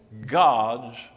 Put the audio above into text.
God's